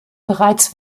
bereits